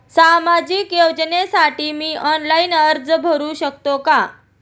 सामाजिक योजनेसाठी मी ऑनलाइन अर्ज करू शकतो का?